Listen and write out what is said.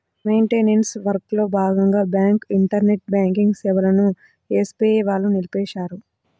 maintenance వర్క్లో భాగంగా bank internet banking సేవలను ఎస్బీఐ వాళ్ళు నిలిపేశారు